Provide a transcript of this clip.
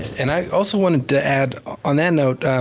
and i also, wanted to add on that note,